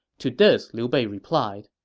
to this, liu bei replied,